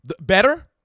Better